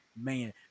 man